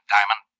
Diamond